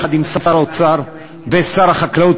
יחד עם שר האוצר ושר החקלאות,